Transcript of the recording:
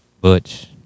Butch